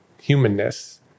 humanness